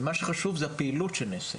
ומה שחשוב זה הפעילות שנעשית,